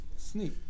Sneak